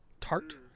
tart